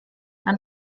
dann